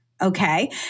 Okay